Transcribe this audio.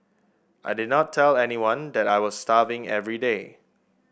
I did not tell anyone that I was starving every day